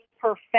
perfect